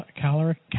caloric